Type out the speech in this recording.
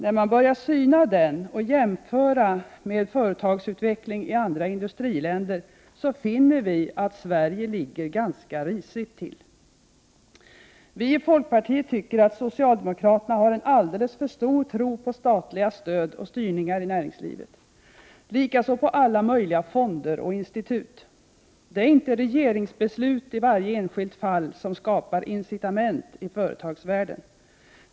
När man börjar syna denna och jämföra med företagsutveckling i andra industriländer finner man att Sverige faktiskt ligger ganska risigt till. Vi i folkpartiet tycker att socialdemokraterna har en alldeles för stor tilltro till statliga stöd och styrningar i näringslivet liksom till alla möjliga fonder och institut. Det är inte regeringsbeslut i varje enskilt fall som skapar incitament i företagsvärlden.